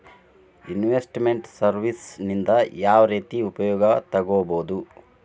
Invest made services ನಿಂದಾ ಯಾವ್ರೇತಿ ಉಪಯೊಗ ತಗೊಬೊದು?